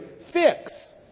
fix